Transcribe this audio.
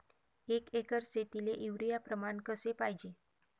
एक एकर शेतीले युरिया प्रमान कसे पाहिजे?